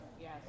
Yes